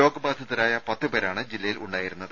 രോഗബാധിതരായ പത്തുപേരാണ് ജില്ലയിൽ ഉണ്ടായിരുന്നത്